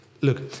look